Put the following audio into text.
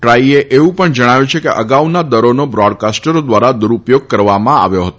ટ્રાઇએ એવુ પણ જણાવ્યું છે કે અગાઉના દરોનો બ્રોડકાસ્ટરો ધ્વારા દુરૂપયોગ કરવામાં આવ્યો છે